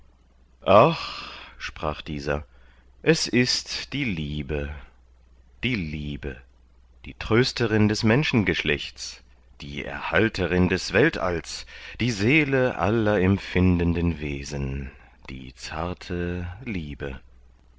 sprach dieser es ist die liebe die liebe die trösterin des menschengeschlechts die erhalterin des weltalls die seele aller empfindenden wesen die zarte liebe